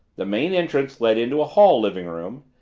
the main entrance led into a hall-living-room,